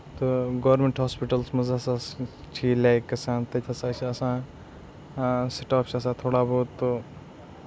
تہٕ government hospitals منٛز ہسا ٲسۍ چھِ یہِ لیک گژھان تَتہِ ہسا چھِ آسان سِٹاف چھُ آسان تھوڑا بہت